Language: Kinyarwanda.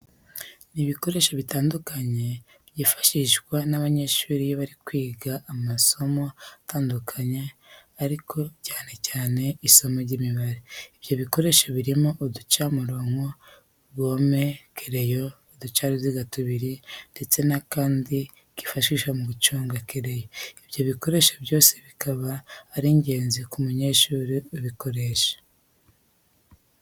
Ni ibikoresho bitandukanye byifashishwa n'abanyeshuri iyo bari kwiga amasomo atandukanye ariko cyane cyane isimo ry'Imibare. Ibyo bikoresho birimo uducamirongo, gome, kereyo, uducaruziga tubiri ndetse n'akandi kifashishwa mu guconga kereyo. Ibyo bikoresho byose bikaba ari ingenzi ku munyeshuri ubikoresha.